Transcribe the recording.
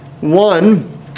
One